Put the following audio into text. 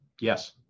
Yes